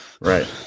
Right